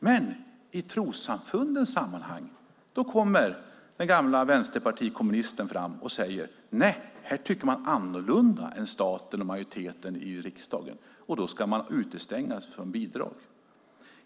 Men i trossamfundens sammanhang kommer den gamla vänsterpartikommunisten fram och säger: Nej, här tycker man annorlunda än staten och majoriteten i riksdagen! Då ska man utestängas från bidrag!